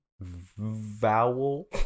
vowel